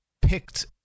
picked